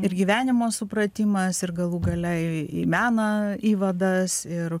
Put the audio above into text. ir gyvenimo supratimas ir galų gale ir į meną įvadas ir